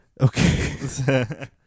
Okay